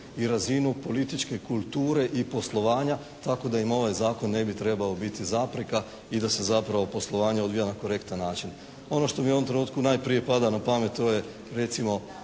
i razinu političke kulture i poslovanja tako da im ovaj Zakon ne bi trebao biti zapreka i da se zapravo poslovanje odvija na korektan način. Ono što mi u ovom trenutku najprije pada na pamet to je recimo